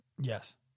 Yes